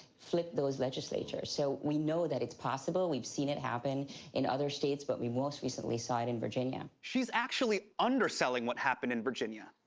flip those legislatures, so we know that it's possible. we've seen it happen in other states, but we most recently saw it in virginia. she's actually underselling what happened in virginia.